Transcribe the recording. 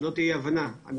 שלא תהיה אי-הבנה: א',